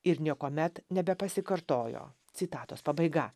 ir niekuomet nebepasikartojo citatos pabaiga